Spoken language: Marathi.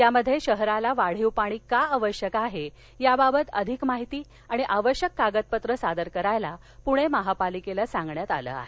यामध्ये शहराला वाढीव पाणी का आवश्यक आहे याबाबत अधिक माहिती आणि आवश्यक कागदपत्र सादर करण्यास पृणे महापालिकेला सांगण्यात आलं आहे